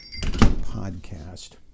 podcast